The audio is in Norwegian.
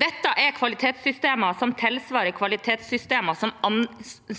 Dette er kvalitetssystemer som tilsvarer kvalitetssystemer